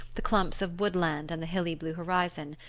the clumps of woodland and the hilly blue horizon,